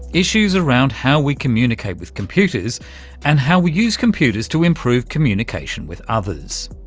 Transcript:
issues around how we communicate with computers and how we use computers to improve communication with others.